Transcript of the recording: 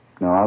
No